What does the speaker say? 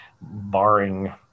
barring